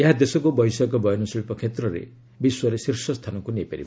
ଏହା ଦେଶକୁ ବୈଷୟିକ ବୟନଶିଳ୍ପ କ୍ଷେତ୍ରରେ ବିଶ୍ୱରେ ଶୀର୍ଷ ସ୍ଥାନକୁ ନେଇପାରିବ